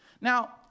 Now